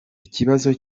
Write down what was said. ikibazo